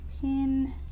pin